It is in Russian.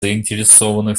заинтересованных